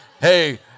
hey